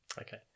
Okay